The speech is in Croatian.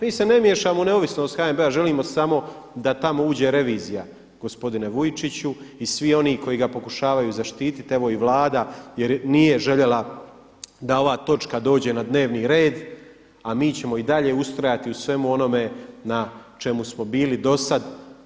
Mi se ne miješamo u neovisnost HNB-a, želimo samo da tamo uđe revizija gospodine Vujčiću i svi oni koji ga pokušavaju zaštititi evo i Vlada, jer nije željela da ova točka dođe na dnevni red, a mi ćemo i dalje ustrajati u svemu onome na čemu smo bili do sad.